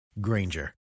Granger